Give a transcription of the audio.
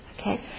Okay